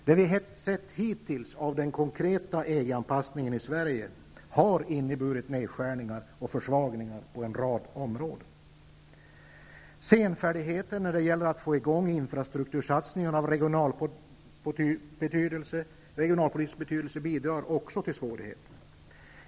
Det vi sett hittills av den konkreta EG anpassningen i Sverige har inneburit nedskärningar och försvagningar på en rad områden. Senfärdigheten när det gäller att få i gång infrastruktursatsningar av regionalpolitisk betydelse bidrar också till svårigheterna.